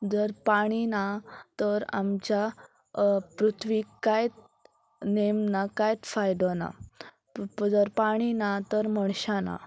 जर पाणी ना तर आमच्या पृथ्वीक कांयत नेम ना कांयच फायदो ना जर पाणी ना तर मनशां ना